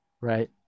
Right